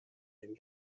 den